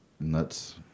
Nuts